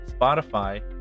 Spotify